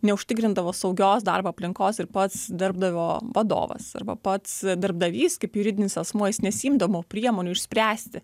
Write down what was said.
neužtikrindavo saugios darbo aplinkos ir pats darbdavio vadovas arba pats darbdavys kaip juridinis asmuo jis nesiimdavo priemonių išspręsti